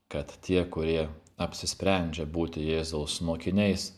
kad tie kurie apsisprendžia būti jėzaus mokiniais